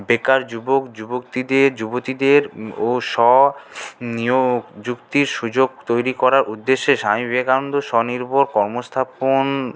বেকার যুবক যুবক্তিদের যুবতীদের ও স্ব নিয়োগ যুক্তির সুযোগ তৈরি করার উদ্দেশ্যে স্বামী বিবেকানন্দ স্বনির্ভর কর্মস্থাপন